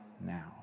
now